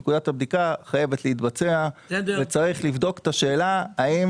נקודת הבדיקה חייבת להתבצע וצריך לבדוק את השאלה: האם